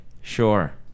sure